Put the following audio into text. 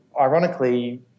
ironically